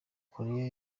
korea